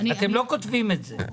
אתם לא כותבים את זה.